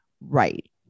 Right